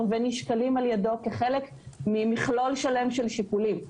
ונשקלים על-ידו כחלק ממכלול שלם של שיקולים.